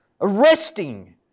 arresting